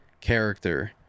character